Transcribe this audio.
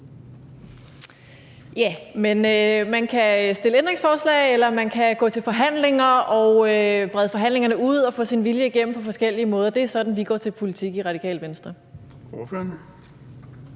(RV): Man kan stille ændringsforslag, eller man kan gå til forhandlinger og brede forhandlingerne ud og få sin vilje igennem på forskellige måder. Det er sådan, vi går til politik i Radikale Venstre.